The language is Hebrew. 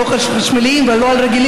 לא על חשמליים ולא על רגילים.